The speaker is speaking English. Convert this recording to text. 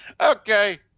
Okay